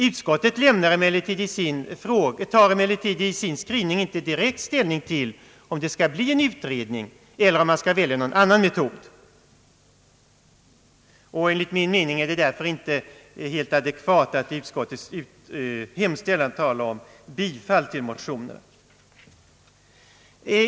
Utskottet tar emellertid i sin skrivning inte direkt ställning till om det skall bli en utredning eller om man skall välja någon annan metod. Enligt min mening är det därför inte helt adekvat att i utskottets hemställan tala om bifall till motionerna.